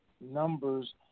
numbers